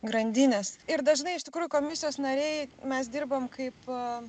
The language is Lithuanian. grandinės ir dažnai iš tikrųjų komisijos nariai mes dirbam kaip